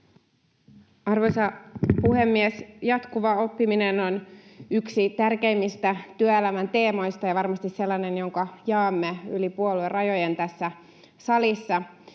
Arvoisa puhemies! Jatkuva oppiminen on yksi tärkeimmistä työelämän teemoista ja varmasti sellainen, jonka jaamme yli puoluerajojen tässä salissa.